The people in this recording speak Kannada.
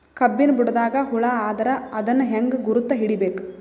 ಕಬ್ಬಿನ್ ಬುಡದಾಗ ಹುಳ ಆದರ ಅದನ್ ಹೆಂಗ್ ಗುರುತ ಹಿಡಿಬೇಕ?